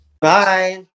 bye